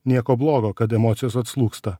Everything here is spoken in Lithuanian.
nieko blogo kad emocijos atslūgsta